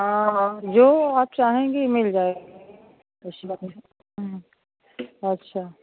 हाँ जो आप चाहेंगे मिल जाएगा ऐसी बात नहीं है अच्छा